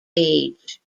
age